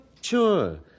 Sure